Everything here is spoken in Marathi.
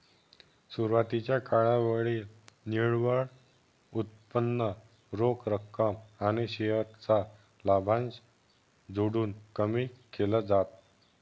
सुरवातीच्या कालावधीत निव्वळ उत्पन्न रोख रक्कम आणि शेअर चा लाभांश जोडून कमी केल जात